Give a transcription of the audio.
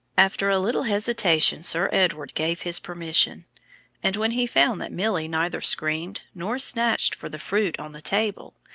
after a little hesitation sir edward gave his permission and when he found that milly neither screamed nor snatched for the fruit on the table,